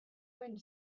wind